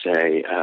say